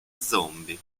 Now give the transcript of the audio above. zombie